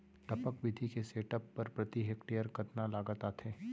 टपक विधि के सेटअप बर प्रति हेक्टेयर कतना लागत आथे?